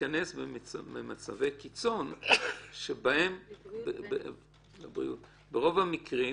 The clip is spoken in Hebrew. להיכנס במצבי קיצון שבהם ברוב המקרים,